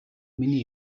миний